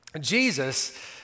Jesus